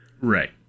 Right